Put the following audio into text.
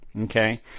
Okay